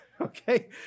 Okay